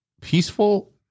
Peaceful